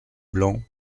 blancs